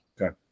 Okay